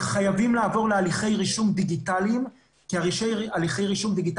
וחייבים לעבור להליכי רישוי דיגיטליים כי הם מקצרים